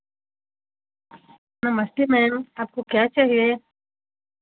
नमस्ते मैम आपको क्या चाहिए